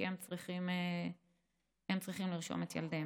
כי הם צריכים לרשום את ילדיהם.